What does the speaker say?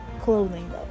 clothing